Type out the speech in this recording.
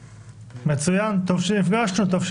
חברי הכנסת בוקר טוב,